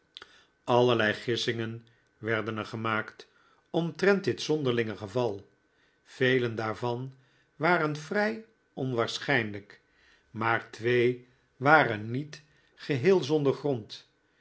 allerlei gissingen werden er gemaakt omtrent dit zonderlinge geval vele daarvan waren vrn onwaarschijnlijk maar twee waren niet geheel zonder grond